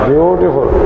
Beautiful